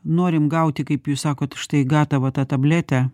norim gauti kaip jūs sakot štai gatavą tą tabletę